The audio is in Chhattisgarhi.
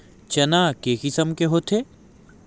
चना के किसम के होथे?